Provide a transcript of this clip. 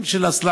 והוא אומר